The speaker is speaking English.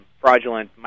fraudulent